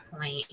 point